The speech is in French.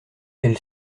elle